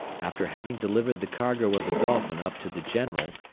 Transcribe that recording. after having delivered the cargo of the dolphin up to the general,